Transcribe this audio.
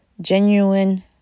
genuine